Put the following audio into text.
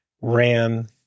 ran